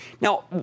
Now